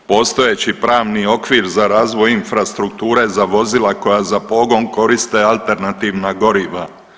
Postojeći pravni okvir za razvoj infrastrukture za vozila koja za pogon koriste alternativna goriva.